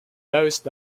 lowest